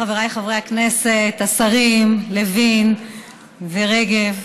חבריי חברי הכנסת, השרים לוין ורגב,